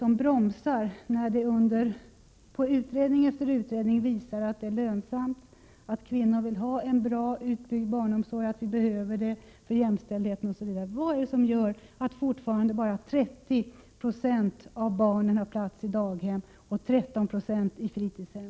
Frågan är: När utredning efter utredning visar att kvinnor vill ha en bra utbyggd barnomsorg, att den är lönsam, att den behövs för jämställdheten osv., vad är det då som gör att 1988 fortfarande bara 30 26 av barnen har plats i daghem och 13 9 i fritidshem?